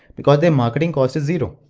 because their marketing cost is zero.